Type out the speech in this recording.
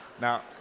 Now